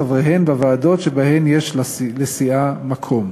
חבריהן בוועדות שבהן יש לסיעה מקום.